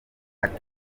ati